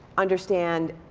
understand?